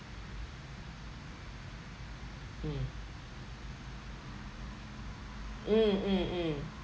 mm mm mm mm